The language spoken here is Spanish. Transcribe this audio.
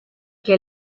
que